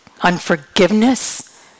unforgiveness